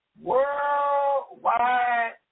Worldwide